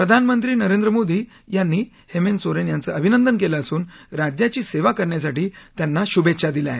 प्रधानमंत्री नरेंद्र मोदी यांनी हेमंत सोरेन यांचं अभिनंदन केलं असून राज्याची सेवा करण्यासाठी त्यांना शुभेच्छा दिल्या आहेत